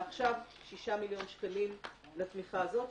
ועכשיו שישה מיליון שקלים לתמיכה הזאת,